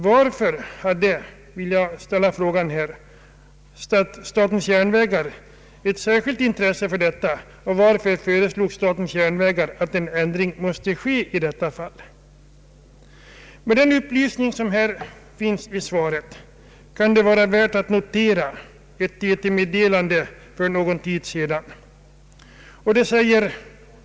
Varför hade statens järnvägar ett särskilt intresse för detta och varför föreslog statens järnvägar att en ändring skulle ske i detta fall? Med hänsyn till den upplysning som finns i svaret kan det vara värt att notera eit TT-meddelande för en tid sedan.